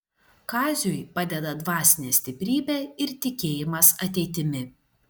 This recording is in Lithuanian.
kaziui padeda dvasinė stiprybė ir tikėjimas ateitimi